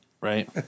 Right